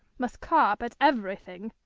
must carp at everything,